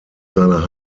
seiner